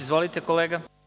Izvolite kolega.